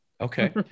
Okay